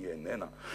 היא איננה.